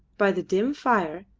by the dim fire,